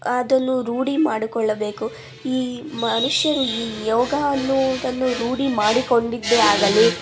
ಅದನ್ನು ರೂಢಿ ಮಾಡಿಕೊಳ್ಳಬೇಕು ಈ ಮನುಷ್ಯರು ಈ ಯೋಗ ಅನ್ನುವುದನ್ನು ರೂಢಿ ಮಾಡಿಕೊಂಡಿದ್ದೇ ಆದಲ್ಲಿ